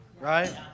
right